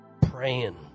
praying